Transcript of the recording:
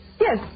yes